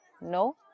No